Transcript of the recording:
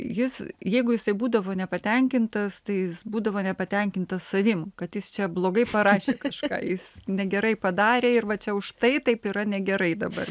jis jeigu jisai būdavo nepatenkintas tai jis būdavo nepatenkintas savim kad jis čia blogai parašė kažką jis negerai padarė ir va čia už tai taip yra negerai dabar